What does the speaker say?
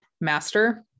Master